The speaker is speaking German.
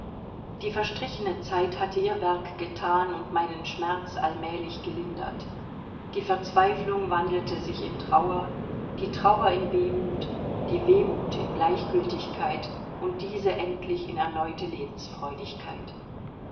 die verstrichene zeit hatte ihr werk gethan und meinen schmerz allmählich gelindert die verzweiflung wandelte sich in trauer die trauer in wehmut die wehmut in gleichgültigkeit und diese endlich in erneute